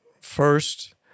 first